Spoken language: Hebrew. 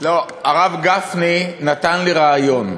הרב גפני נתן לי רעיון,